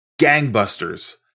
gangbusters